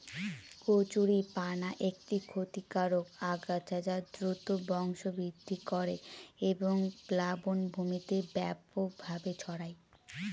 কচুরিপানা একটি ক্ষতিকারক আগাছা যা দ্রুত বংশবৃদ্ধি করে এবং প্লাবনভূমিতে ব্যাপকভাবে ছড়ায়